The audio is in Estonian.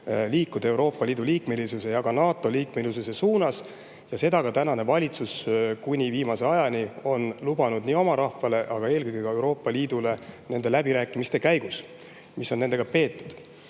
liikuda Euroopa Liidu liikmelisuse ja ka NATO liikmelisuse suunas. Seda on ka [Gruusia] tänane valitsus kuni viimase ajani lubanud oma rahvale, aga eelkõige Euroopa Liidule nende läbirääkimiste käigus, mis on nendega peetud. Nüüd,